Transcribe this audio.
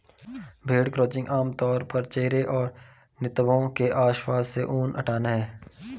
भेड़ क्रचिंग आम तौर पर चेहरे और नितंबों के आसपास से ऊन हटाना है